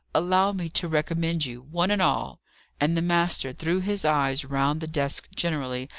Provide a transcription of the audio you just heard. allow me to recommend you, one and all and the master threw his eyes round the desks generally,